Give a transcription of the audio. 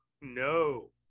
No